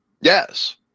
Yes